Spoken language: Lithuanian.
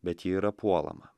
bet ji yra puolama